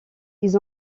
ils